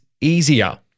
easier